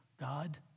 God